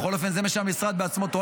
בכל אופן זה מה שהמשרד טוען בעצמו.